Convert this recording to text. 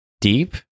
deep